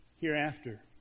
hereafter